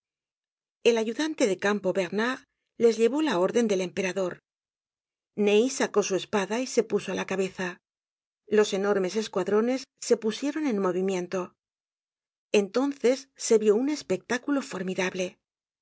el ayudante de campo bernard les llevó la orden del emperador ney content from google book search generated at sacó su espada y se puso á la cabeza los enormes escuadrones se pusieron en movimiento entonces se vió un espectáculo formidable